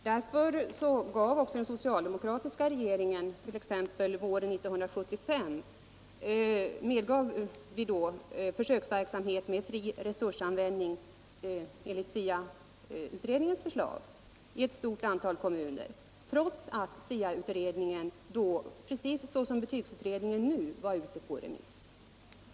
Av det skälet medgav den socialdemokratiska regeringen våren 1975 försöksverksamhet med fri resursanvändning enligt SIA-utredningens förslag i ett stort antal kommuner, trots att STIA-utredningen då, liksom nu är fallet med betygsutredningen, var ute på remiss.